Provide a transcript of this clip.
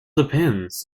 depends